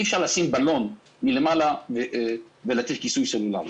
אי אפשר לשים בלון ולתת כיסוי סלולרי.